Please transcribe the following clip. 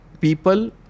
people